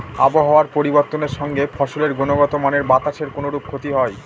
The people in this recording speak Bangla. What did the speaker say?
আবহাওয়ার পরিবর্তনের সঙ্গে ফসলের গুণগতমানের বাতাসের কোনরূপ ক্ষতি হয়?